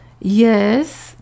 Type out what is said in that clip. Yes